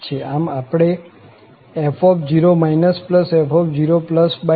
આમ આપણે f0 f02